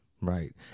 Right